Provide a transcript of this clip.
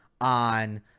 on